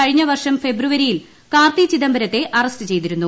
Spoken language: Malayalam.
കഴിഞ്ഞ വർഷം ഫെബ്രുവരിയിൽ കാർത്തി ചിദംബരത്തെ അറസ്റ്റ് ചെയ്തിരുന്നു